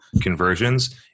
conversions